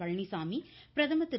பழனிச்சாமி பிரதமர் வர திரு